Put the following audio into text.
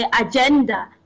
agenda